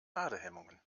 ladehemmungen